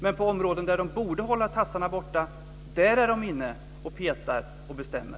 Men på områden som man borde hålla tassarna borta från där är man inne och petar och bestämmer.